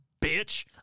bitch